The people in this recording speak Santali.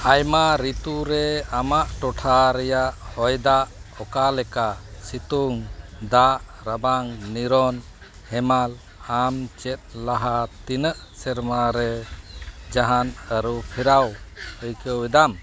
ᱟᱭᱢᱟ ᱨᱤᱛᱩᱨᱮ ᱟᱢᱟᱜ ᱴᱚᱴᱷᱟ ᱨᱮᱭᱟᱜ ᱦᱚᱭᱫᱟᱜ ᱚᱠᱟ ᱞᱮᱠᱟ ᱥᱤᱛᱩᱝ ᱫᱟᱜ ᱨᱟᱵᱟᱝ ᱱᱤᱨᱚᱱ ᱦᱮᱢᱟᱞ ᱟᱢ ᱪᱮᱫ ᱞᱟᱦᱟ ᱛᱤᱱᱟᱹᱜ ᱥᱮᱨᱢᱟ ᱨᱮ ᱡᱟᱦᱟᱱ ᱟᱹᱨᱩ ᱯᱷᱮᱨᱟᱣ ᱟᱹᱭᱠᱟᱹᱣ ᱮᱫᱟᱢ